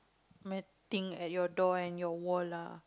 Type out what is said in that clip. met thing at your door and your wall lah